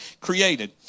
created